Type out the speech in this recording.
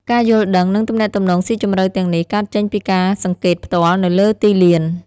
ការយល់ដឹង និងទំនាក់ទំនងស៊ីជម្រៅទាំងនេះ កើតចេញពីការសង្កេតផ្ទាល់នៅលើទីលាន។